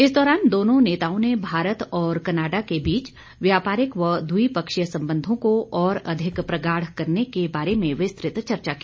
इस दौरान दोनों नेताओं ने भारत और कनाडा के बीच व्यापारिक व द्विपक्षीय संबंधो को और अधिक प्रगाढ़ करने के बारे में विस्तृत चर्चा की